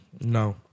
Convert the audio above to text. No